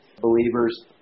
believers